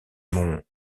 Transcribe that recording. monts